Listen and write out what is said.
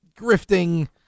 Grifting